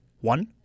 one